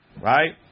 right